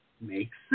makes